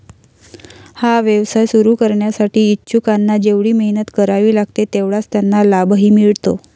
हा व्यवसाय सुरू करण्यासाठी इच्छुकांना जेवढी मेहनत करावी लागते तेवढाच त्यांना लाभही मिळतो